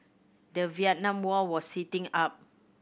the Vietnam War was heating up